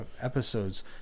episodes